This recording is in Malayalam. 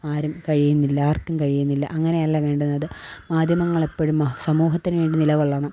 ആരും കഴിയുന്നില്ല ആര്ക്കും കഴിയുന്നില്ല അങ്ങനെയല്ല വേണ്ടുന്നത് മാധ്യമങ്ങള് എപ്പോഴും സമൂഹത്തിന് വേണ്ടി നിലകൊള്ളണം